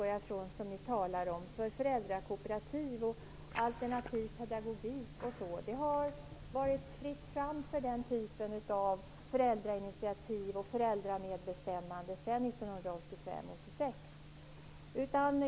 Den typ av föräldrainitiativ och föräldramedbestämmande som föräldrakooperativ och alternativ pedagogik representerar har det varit fritt fram för sedan 1985--1986.